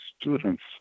students